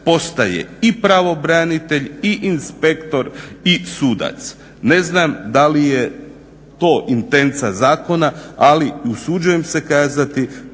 postaje i pravobranitelj i inspektor i sudac. Ne znam da li je to intencija zakona ali usuđujem se kazati